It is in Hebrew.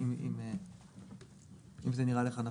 אם זה נראה לך נכון.